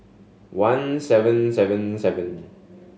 one seven seven seven